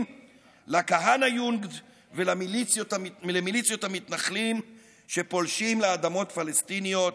לכהנא-יוגנד ולמיליציות המתנחלים שפולשים לאדמות פלסטיניות,